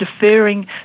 deferring